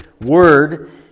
Word